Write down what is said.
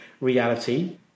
reality